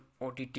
OTT